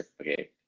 Okay